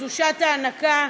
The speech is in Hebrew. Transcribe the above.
שזו שעת ההנקה.